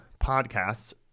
podcasts